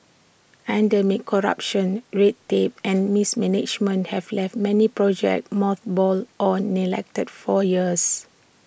endemic corruption red tape and mismanagement have left many projects mothballed or neglected for years